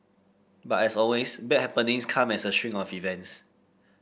but as always bad happenings come as a string of events